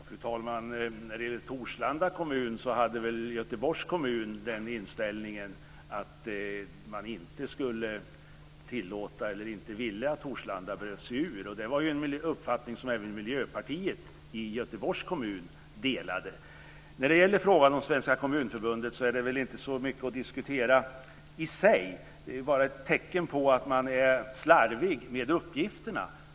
Fru talman! När det gäller Torslanda kommun hade Göteborgs kommun den inställningen att man inte ville att Torslanda bröt sig ur. Det var en uppfattning som även Miljöpartiet i Göteborgs kommun delade. Frågan om Svenska Kommunförbundet är väl inte så mycket att diskutera i sig. Det är bara ett tecken på att man är slarvig med uppgifterna.